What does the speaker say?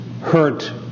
hurt